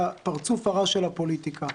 הפרצוף הרע של הפוליטיקה.